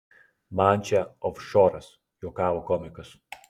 man čia ofšoras juokavo komikas